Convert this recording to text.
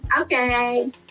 Okay